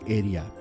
area